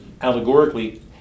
allegorically